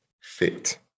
fit